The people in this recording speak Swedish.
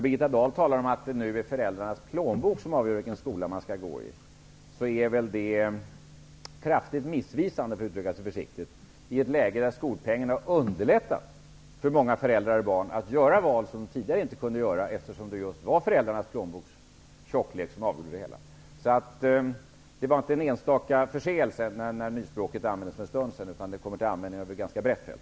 Birgitta Dahl talar om att det nu är föräldrarnas plånbok som är avgörande för i vilken skola man skall gå. Det talet är kraftigt missvisande, för att uttrycka sig försiktigt, i ett läge där skolpengen har underlättat för många föräldrar och barn att göra valet, som de tidigare inte kunde göra eftersom det just var föräldrarnas plånboks tjocklek som avgjorde frågan. Att nyspråket användes för en stund sedan var tydligen inte en enstaka förseelse, utan det kommer till användning över ett ganska brett fält.